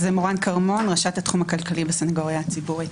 אני ראשת התחום הכלכלי בסנגוריה הציבורית.